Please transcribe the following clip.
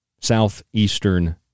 Southeastern